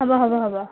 হ'ব হ'ব হ'ব